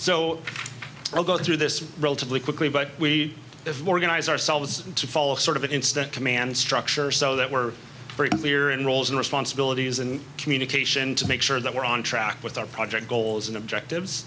so i'll go through this relatively quickly but we have organized ourselves to follow sort of an instant command structure so that we're very clear in roles and responsibilities and communication to make sure that we're on track with our project goals and objective